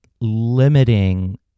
limiting